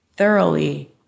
thoroughly